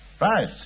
right